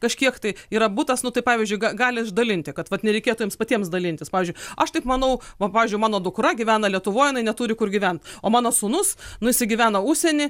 kažkiek tai yra butas nu tai pavyzdžiui gali išdalinti kad vat nereikėtų jiems patiems dalintis pavyzdžiui aš taip manau o pavyzdžiui mano dukra gyvena lietuvoj jinai neturi kur gyvent o mano sūnus nu jisai gyvena užsieny